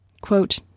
Quote